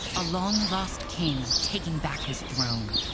a long-lost king taking back his throne.